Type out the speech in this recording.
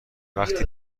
وقتی